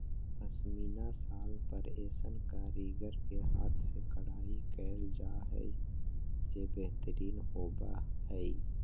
पश्मीना शाल पर ऐसन कारीगर के हाथ से कढ़ाई कयल जा हइ जे बेहतरीन होबा हइ